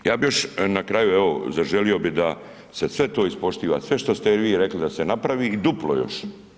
Ja bih još na kraju evo zaželio bi da se sve to ispoštiva, sve šta ste vi rekli da se napravi i duplo još.